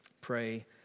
pray